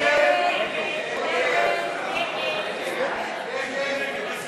ההסתייגות